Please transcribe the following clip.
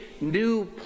new